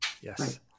Yes